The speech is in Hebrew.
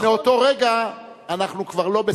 באותו רגע אנחנו כבר לא,